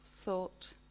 thought